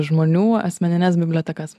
žmonių asmenines bibliotekas